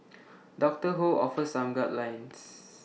doctor ho offers some guidelines